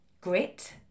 Grit